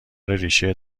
ریشه